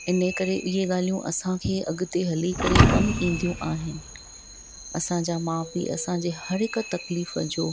इन करे इहे ॻाल्हियूं असां खे अॻिते हली करे कमु ईंदियूं आहिनि असां जा माउ पीउ असां जे हर हिक तकलीफ़ जो